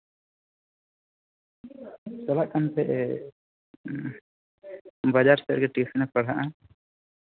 ᱪᱟᱞᱟᱜ ᱠᱟᱱ ᱛᱟᱸᱦᱮᱜᱼᱮ ᱵᱟᱡᱟᱨ ᱥᱮᱫ ᱨᱮ ᱴᱤᱭᱩᱥᱚᱱ ᱮ ᱯᱟᱲᱦᱟᱜᱼᱟ